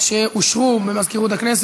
אנחנו עוברים, בעזרת השם, לסעיף הבא שעל סדר-היום: